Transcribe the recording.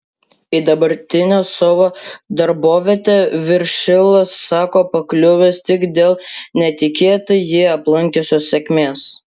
į dabartinę savo darbovietę viršilas sako pakliuvęs tik dėl netikėtai jį aplankiusios sėkmės